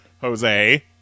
Jose